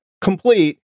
complete